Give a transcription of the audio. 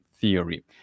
theory